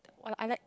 !walao! I like